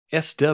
SW